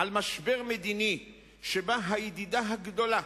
על משבר מדיני שבו הידידה הגדולה